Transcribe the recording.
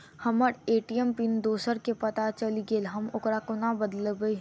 हम्मर ATM PIN दोसर केँ पत्ता चलि गेलै, हम ओकरा कोना बदलबै?